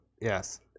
Yes